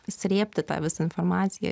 srėbti tą visą informaciją